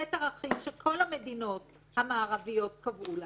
סט הערכים שכל המדינות המערביות קבעו לעצמן,